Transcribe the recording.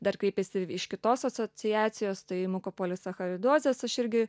dar kreipėsi iš kitos asociacijos tai mukopolisacharidozės aš irgi